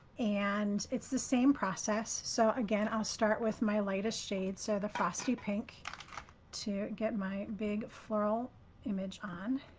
and it's the same process. so, again, i'll start with my latest shade. so the frosty pink to get my big floral image on.